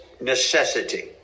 necessity